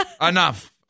Enough